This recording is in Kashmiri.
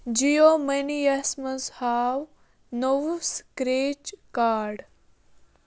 جِیو مٔنی یَس منٛز ہاو نوٚوٕ سِکرٛیچ کارڈ